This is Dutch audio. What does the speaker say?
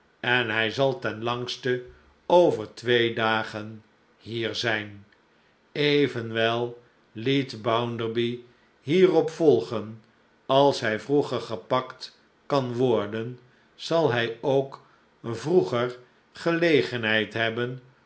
en hij zal ten langste over twee dagen hier zijn evenwel liet bounderby hierop volgen als hij vroeger gepakt kan worden zal hij ook vroeger gelegenheid hebben